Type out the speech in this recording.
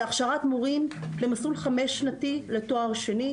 הכשרת מורים למסלול חמש-שנתי לתואר שני,